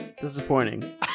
Disappointing